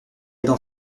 dans